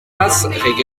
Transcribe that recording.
tras